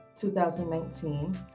2019